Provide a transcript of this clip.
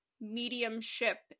mediumship